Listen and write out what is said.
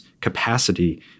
capacity